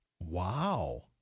Wow